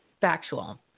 factual